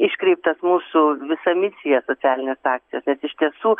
iškreiptas mūsų visa misija socialinės akcijos nes iš tiesų